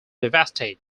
devastated